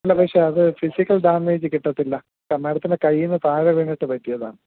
ഇല്ല പക്ഷെ അത് ഫിസിക്കൽ ഡാമേജ് കിട്ടത്തില്ല മാഡത്തിന്റെ കയ്യിൽനിന്ന് താഴെ വീണിട്ട് പറ്റിയതാണ്